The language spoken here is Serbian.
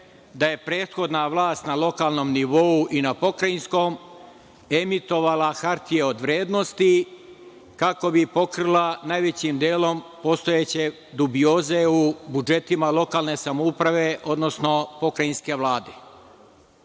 da je prethodna vlast na lokalnom nivou i na pokrajinskom emitovala hartije od vrednosti kako bi pokrila najvećim delom postojeće dubioze u budžetima lokalne samouprave, odnosno pokrajinske Vlade. To